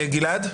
גלעד קריב,